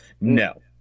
No